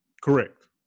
Correct